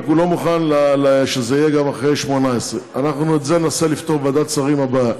רק הוא לא מוכן שזה יהיה גם אחרי 2018. את זה אנחנו ננסה לפתור בוועדת שרים הבאה.